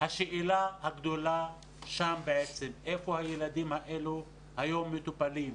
השאלה הגדולה שם איפה הילדים האלה מטופלים היום.